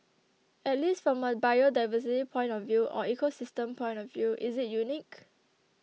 at least from a biodiversity point of view or ecosystem point of view is it unique